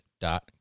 dot